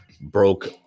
broke